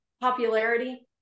popularity